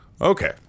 okay